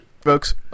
folks